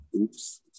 Oops